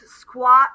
squat